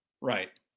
right